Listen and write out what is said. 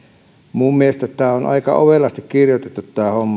minun mielestäni tämä homma on aika ovelasti kirjoitettu